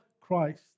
Christ